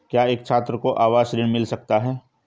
क्या एक छात्र को आवास ऋण मिल सकता है?